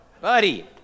buddy